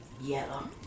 Yellow